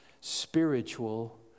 spiritual